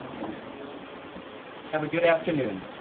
and so yeah have a good afternoon.